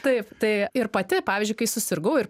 taip tai ir pati pavyzdžiui kai susirgau ir